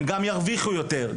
הם גם ירוויחו יותר,